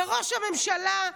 וראש הממשלה,